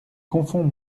confond